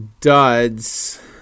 duds